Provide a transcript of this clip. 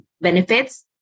benefits